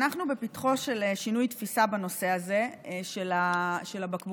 אנחנו בפתחו של שינוי תפיסה בנושא הזה של הבקבוקים.